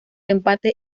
empate